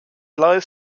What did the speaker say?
lies